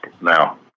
now